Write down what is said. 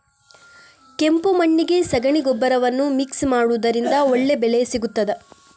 ಕೆಂಪು ಮಣ್ಣಿಗೆ ಸಗಣಿ ಗೊಬ್ಬರವನ್ನು ಮಿಕ್ಸ್ ಮಾಡುವುದರಿಂದ ಒಳ್ಳೆ ಬೆಳೆ ಸಿಗುತ್ತದಾ?